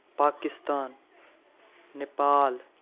Pakistan Nepal